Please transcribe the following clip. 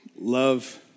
Love